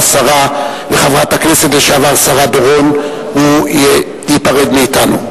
השרה וחברת הכנסת לשעבר שרה דורון הוא ייפרד מאתנו.